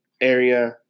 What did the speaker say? area